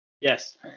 Yes